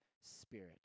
spirit